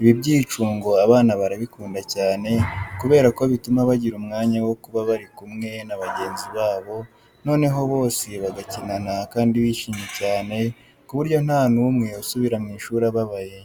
Ibi byicungo abana barabikunda cyane kubera ko bituma bagira umwanya wo kuba bari kumwe na bagenzi babo, noneho bose bagakinana kandi bishimye cyane ku buryo nta n'umwe subira mu ishuri ababaye.